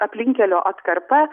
aplinkkelio atkarpa